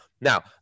Now